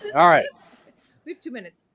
all right. we have two minutes.